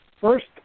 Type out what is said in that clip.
First